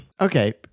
Okay